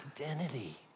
identity